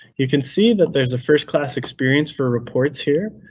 you can see that there's a first class experience for reports here,